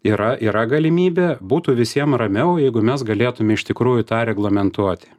yra yra galimybė būtų visiem ramiau jeigu mes galėtume iš tikrųjų tą reglamentuoti